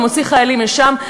ומוציא חיילים לשם,